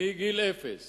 מגיל אפס